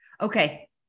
Okay